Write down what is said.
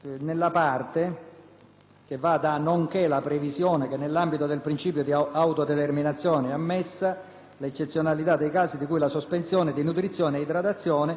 l'eccezionalità dei casi in cui la sospensione di nutrizione e idratazione sia espressamente oggetto della dichiarazione anticipata di trattamento; 12) la promozione di campagne